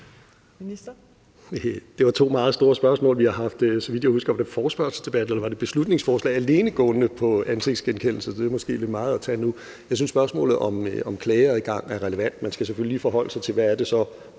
Det var to meget store spørgsmål. Så vidt jeg husker, har vi haft en forespørgselsdebat eller et beslutningsforslag, der alene gik på ansigtsgenkendelse, så det er måske lidt meget at tage nu. Jeg synes, at spørgsmålet om klageadgang er relevant, men man skal selvfølgelig lige forholde sig til, hvad det så